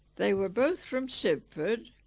they were both from sibford,